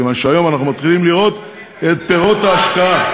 מכיוון שהיום אנחנו מתחילים לראות את פירות ההשקעה.